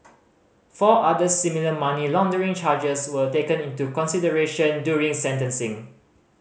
four other similar money laundering charges were taken into consideration during sentencing